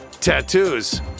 tattoos